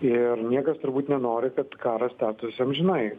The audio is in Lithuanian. ir niekas turbūt nenori kad karas tęstųsi amžinai